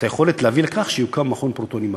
היכולת להביא לכך שיוקם מכון פרוטונים בארץ.